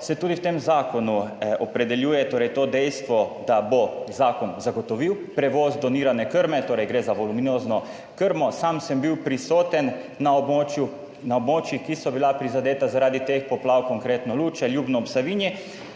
se tudi v tem zakonu opredeljuje torej to dejstvo, da bo zakon zagotovil prevoz donirane krme, torej gre za voluminozno krmo. Sam sem bil prisoten na območjih, ki so bila prizadeta zaradi teh poplav, konkretno Luče, Ljubno ob Savinji,